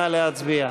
נא להצביע.